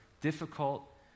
difficult